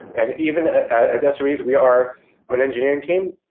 and even ah as as sres, we are an engineering team,